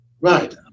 Right